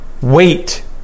wait